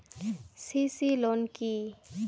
CC loan কি?